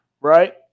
right